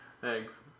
Thanks